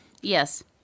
yes